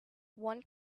one